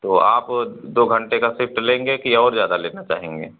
तो आप दो घंटे का सिफ्ट लेंगे कि और ज़्यादा लेना चाहेंगे